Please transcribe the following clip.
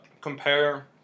compare